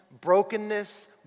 brokenness